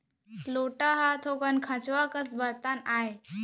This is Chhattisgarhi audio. लोटा ह थोकन खंचवा कस बरतन आय